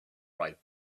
right